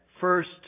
first